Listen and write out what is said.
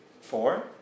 Four